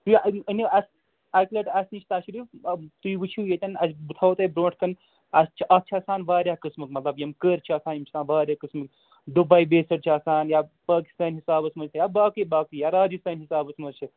یا أنِو أنِو اَکہِ لَٹہِ اَسہِ نِش تشریٖف تُہۍ وُچھِو یِیتٮ۪ن اَسہِ بہٕ تھَوہو تۅہہِ برٛونٛٹھٕ کَنہِ اَسہِ چھِ اَتھ چھِ آسان واریاہ قٕسمُک مطلب یِم کٔرۍ چھِ آسان یِم چھِ آسان واریاہ قٕسمٕکۍ دُبۍ بیٚسٕڈ چھِ آسان یا پاکِستٲنۍ حِسابَس منٛز چھِ یا باقٕے باقٕے یا راجِستھانی حِسابَس منٛز چھِ